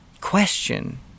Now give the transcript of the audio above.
question